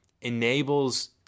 enables